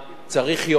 צריך יותר,